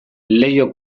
leiho